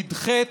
נדחית.